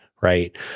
Right